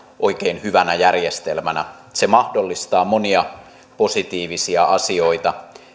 oikein hyvänä järjestelmänä se mahdollistaa monia positiivisia asioita